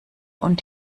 und